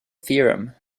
theorem